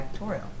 factorial